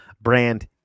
brand